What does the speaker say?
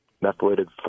methylated